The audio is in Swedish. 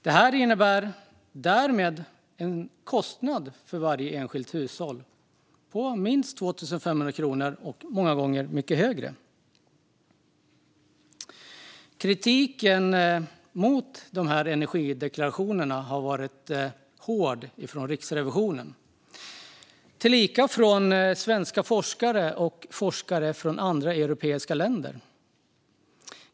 Detta innebär därmed en kostnad för varje enskilt hushåll på minst 2 500 kronor och många gånger mycket mer. Kritiken mot energideklarationerna har varit hård från Riksrevisionen, tillika från svenska forskare och forskare från andra europeiska länder.